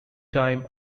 time